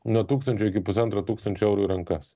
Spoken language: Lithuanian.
nuo tūkstančio iki pusantro tūkstančio eurų į rankas